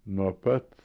nuo pat